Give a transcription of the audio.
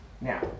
Now